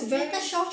cause very